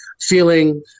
feeling